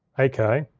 eight k,